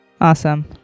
Awesome